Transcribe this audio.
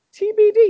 TBD